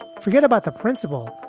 forget about the principle.